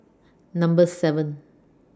Number seven